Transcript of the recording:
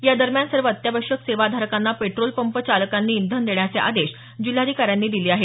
या दरम्यान सर्व अत्यावश्यक सेवा धारकांना पेट्रोल पंप चालकांनी इंधन देण्याचे आदेश जिल्हाधिकाऱ्यांनी दिले आहेत